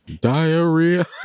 Diarrhea